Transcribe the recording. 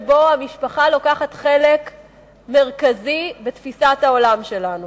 שבו המשפחה לוקחת חלק מרכזי בתפיסת העולם שלנו.